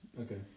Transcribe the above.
Okay